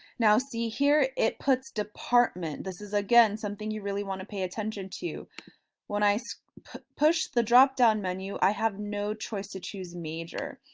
now see here it puts department this is again something you really want to pay attention to when i so push the drop down menu i have no choice to choose major.